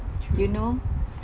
you know